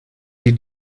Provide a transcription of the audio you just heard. die